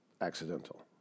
accidental